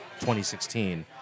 2016